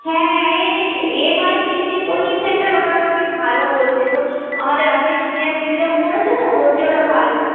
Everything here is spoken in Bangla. হ্যাঁ এই যে M I C C coaching centre ওটাও নাকি ভালো বলছে তো আমাদের আগের সিনিয়র দিদিরাও পড়েছে তো বলছে ওটা ভালো